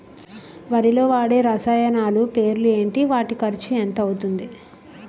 వరిలో వాడే రసాయనాలు పేర్లు ఏంటి? వాటి ఖర్చు ఎంత అవతుంది?